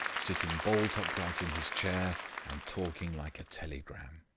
sitting bolt upright in his chair and talking like a telegram.